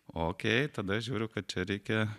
ok tada žiūriu kad čia reikia